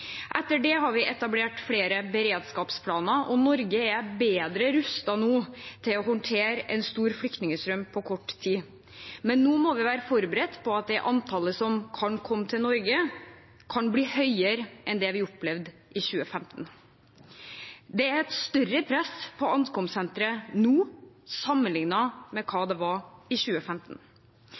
Etter det har vi etablert flere beredskapsplaner, og Norge er bedre rustet nå til å håndtere en stor flyktningstrøm på kort tid. Men nå må vi være forberedt på at det antallet som kan komme til Norge, kan bli høyere enn det vi opplevde i 2015. Det er et større press på ankomstsentre nå, sammenliknet med hva det var i 2015.